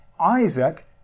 Isaac